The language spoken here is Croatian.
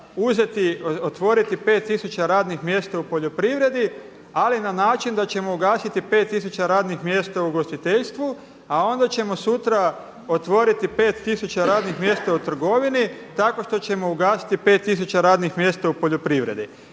uzeti otvoriti pet tisuća radnih mjesta u poljoprivredi ali na način da ćemo ugasiti pet tisuća radnih mjesta u ugostiteljstvu, a onda ćemo sutra otvoriti pet tisuća radnih mjesta u trgovini tako što ćemo ugasiti pet tisuća radnih mjesta u poljoprivredi.